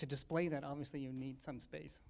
to display that obviously you need some space